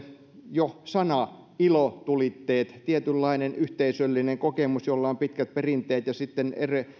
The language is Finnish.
jo sana ilotulitteet tietynlainen yhteisöllinen kokemus jolla on pitkät perinteet ja sitten